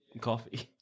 coffee